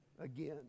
again